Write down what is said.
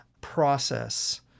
process